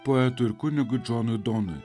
poetui ir kunigui džonui donui